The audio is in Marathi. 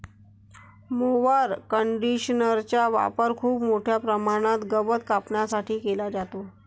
मोवर कंडिशनरचा वापर खूप मोठ्या प्रमाणात गवत कापण्यासाठी केला जातो